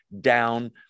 down